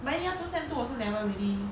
but then year two sem two also never really